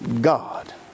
God